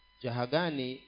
jahagani